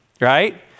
right